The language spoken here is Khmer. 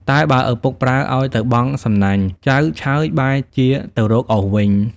តែបើឪពុកប្រើឱ្យទៅបង់សំណាញ់ ចៅឆើយបែរជាទៅរកឱសវិញ ។